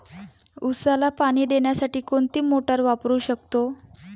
उसाला पाणी देण्यासाठी कोणती मोटार वापरू शकतो?